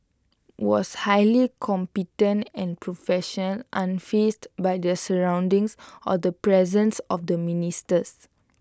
was highly competent and profession unfazed by their surroundings or the presence of the ministers